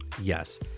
Yes